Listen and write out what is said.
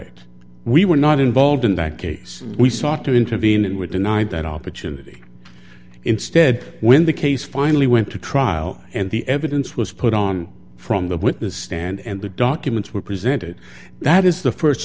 it we were not involved in that case we sought to intervene and with an eye that opportunity instead when the case finally went to trial and the evidence was put on from the witness stand and the documents were presented that is the